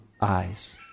eyes